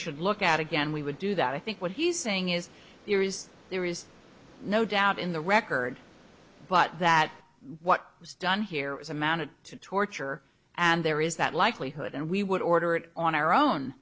should look at again we would do that i think what he's saying is there is there is no doubt in the record but that what was done here is amounted to torture and there is that likelihood and we would order it on our own